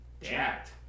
jacked